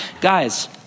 Guys